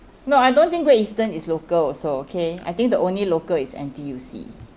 no I don't think Great Eastern is local also okay I think the only local is N_T_U_C